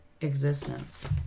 Existence